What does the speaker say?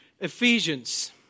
Ephesians